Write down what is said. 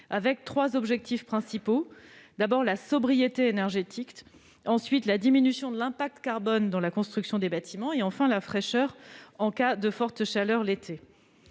a trois objectifs principaux : la sobriété énergétique, la diminution de l'impact carbone dans la construction des bâtiments, et enfin la fraîcheur en cas de fortes chaleurs l'été.